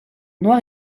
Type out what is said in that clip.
noir